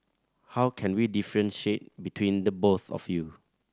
how can we differentiate between the both of you